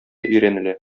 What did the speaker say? өйрәнелә